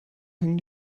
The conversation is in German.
hängen